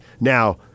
Now